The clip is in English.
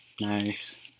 Nice